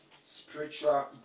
spiritual